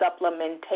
supplementation